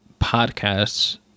podcasts